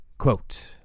Quote